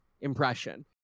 impression